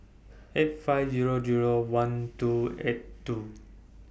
eight five Zero Zero one two eight two